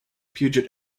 puget